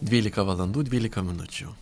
dvylika valandų dvylika minučių